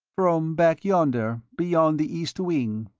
from back yonder, beyond the east wing.